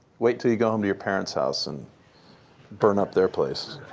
wait till you go home to your parents' house and burn up their place.